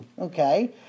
okay